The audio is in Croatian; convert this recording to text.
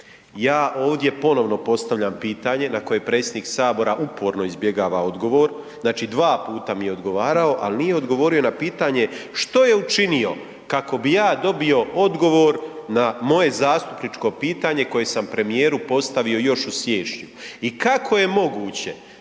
Ja ovdje ponovno postavljam pitanje na koje predsjednik Sabora uporno izbjegava odgovor, znači 2 puta mi je odgovarao, ali nije odgovorio na pitanje što je učinio kako bi ja dobio odgovor na moje zastupničko pitanje koje sam premijeru postavio još u siječnju. I kako je moguće